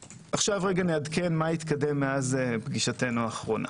אעדכן מה התקדם מאז פגישתנו האחרונה.